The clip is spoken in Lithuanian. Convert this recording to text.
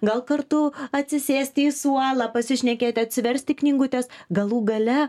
gal kartu atsisėsti į suolą pasišnekėti atsiversti knygutes galų gale